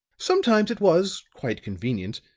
sometimes it was quite convenient,